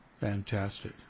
Fantastic